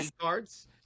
cards